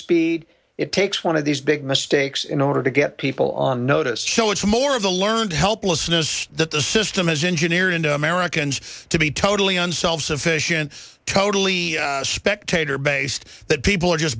speed it takes one of these big mistakes in order to get people on notice show it's more of a learned helplessness that the system is engineer and americans to be totally and self sufficient totally spectator based that people are just